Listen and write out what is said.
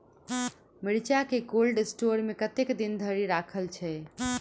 मिर्चा केँ cold store मे कतेक दिन धरि राखल छैय?